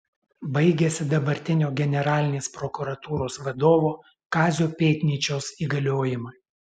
baigiasi dabartinio generalinės prokuratūros vadovo kazio pėdnyčios įgaliojimai